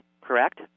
Correct